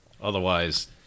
Otherwise